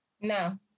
No